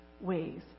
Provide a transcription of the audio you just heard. ways